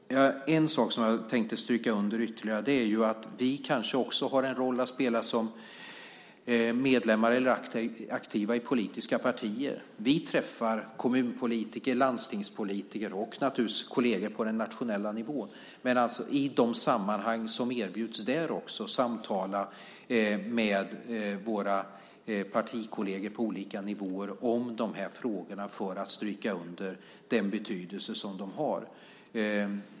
En sak som jag ytterligare tänkte stryka under är att vi kanske också har en roll att spela som medlemmar eller aktiva i politiska partier. Vi träffar kommunpolitiker och landstingspolitiker och naturligtvis också kolleger på den nationella nivån och kan i de sammanhang som där erbjuds också samtala med våra partikolleger på olika nivåer om de här frågorna just för att stryka under den betydelse som frågorna har.